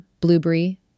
Blueberry